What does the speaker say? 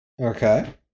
Okay